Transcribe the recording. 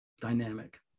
dynamic